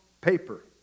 paper